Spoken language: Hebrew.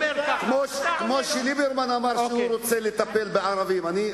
כמו שליברמן אמר שהוא רוצה לטפל בערבים.